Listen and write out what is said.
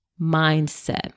mindset